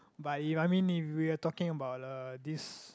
but if I mean if we are talking about uh this